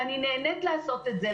ואני נהנית לעשות את זה,